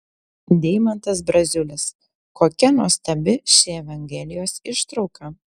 deimantas braziulis kokia nuostabi ši evangelijos ištrauka